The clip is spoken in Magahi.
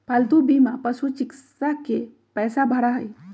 पालतू बीमा पशुचिकित्सा के पैसा भरा हई